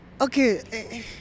okay